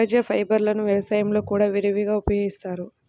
సహజ ఫైబర్లను వ్యవసాయంలో కూడా విరివిగా ఉపయోగిస్తారు